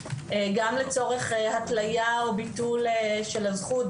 גם לצורך התליה או ביטול של הזכות,